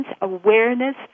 awareness